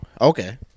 okay